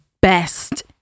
best